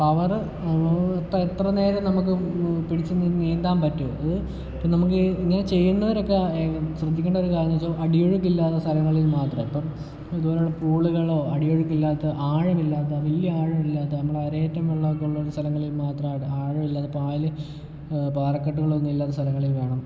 power ഇപ്പോൾ എത്രനേരം നമുക്ക് പിടിച്ച് നീന്താൻ പറ്റും അത് ഇപ്പോൾ നമുക്ക് ഇങ്ങനെ ചെയ്യുന്നവരൊക്കെ ശ്രദ്ധിക്കേണ്ട ഒരു കാര്യം എന്ന് വെച്ചാൽ അടിയൊഴുക്ക് ഇല്ലാത്ത സ്ഥലങ്ങളിൽ മാത്രം ഇപ്പോൾ ഇതുപോലുള്ള പൂളുകളോ അടിയൊഴുക്കില്ലാത്ത ആഴമില്ലാത്ത വലിയ ആഴം ഇല്ലാത്ത നമ്മുടെ അരയറ്റം വെള്ളം ഒക്കെ ഉള്ള സ്ഥലങ്ങളിൽ മാത്രം ആഴമില്ല പായൽ പാറക്കെട്ടുകൾ ഒന്നും ഇല്ലാത്ത സ്ഥലങ്ങളിൽ വേണം